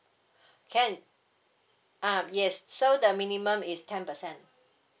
can ah yes so the minimum is ten percent